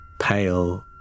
pale